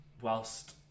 whilst